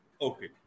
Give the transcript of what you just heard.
Okay